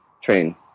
train